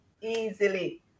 easily